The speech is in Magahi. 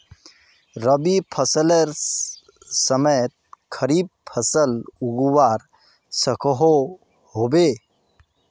रवि फसलेर समयेत खरीफ फसल उगवार सकोहो होबे?